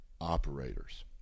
operators